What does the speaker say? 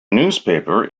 newspaper